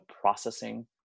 processing